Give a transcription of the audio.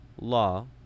law